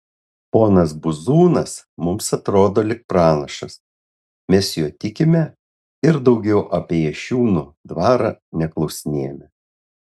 ponas buzūnas mums atrodo lyg pranašas mes juo tikime ir daugiau apie jašiūnų dvarą neklausinėjame